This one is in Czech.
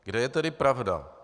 Kde je tedy pravda?